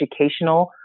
educational